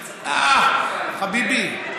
חביבי,